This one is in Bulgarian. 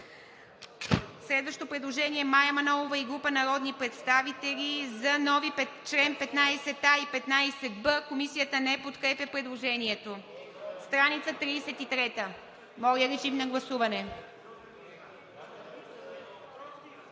Следващо предложение – Мая Манолова и група народни представители за нови чл. 15а и 15б. Комисията не подкрепя предложението. Страница 33а. Моля, режим на гласуване.